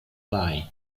bly